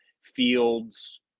Fields